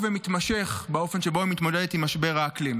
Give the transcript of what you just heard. ומתמשך באופן שבו היא מתמודדת עם משבר האקלים.